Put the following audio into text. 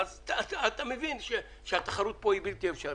אתה מבין שהתחרות פה היא בלתי אפשרית.